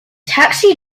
taxi